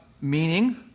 meaning